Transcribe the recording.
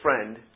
friend